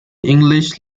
english